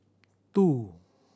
two